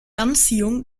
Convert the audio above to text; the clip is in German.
anziehung